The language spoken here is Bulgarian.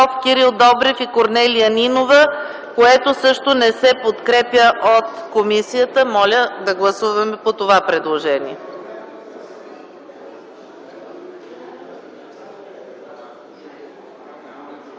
Кирил Добрев и Корнелия Нинова, което също не се подкрепя от комисията. Моля да гласуваме това предложение.